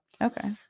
Okay